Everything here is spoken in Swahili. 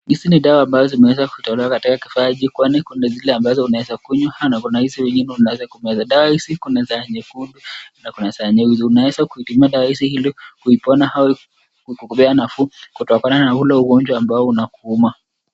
Hizi ni dawa ambazo zimetolewa katika kifaa hiki. Kuna zile unazoweza kunywa na zingine unaeza meza. Dawa hizi kuna za nyekundu na kuna za nyeusi. Unaweza tumia dawa hizi ili kupona ama kupokea nafuu kutokana na ugonjwa ambao unakuuma.